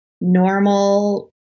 normal